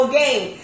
game